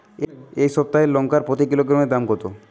এই সপ্তাহের লঙ্কার প্রতি কিলোগ্রামে দাম কত?